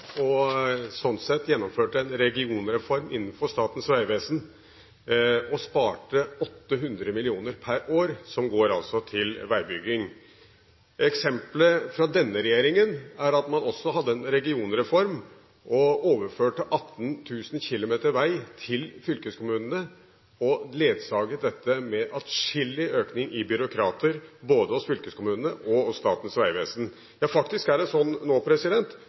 og gjennomførte sånn sett en regionreform innenfor Statens vegvesen og sparte 800 mill. kr per år som går til veibygging. Eksemplet fra denne regjeringen er at man også hadde en regionreform og overførte 18 000 km vei til fylkeskommunene, og ledsaget dette med atskillig økning i antall byråkrater både i fylkeskommunene og i Statens vegvesen. Faktisk er det sånn nå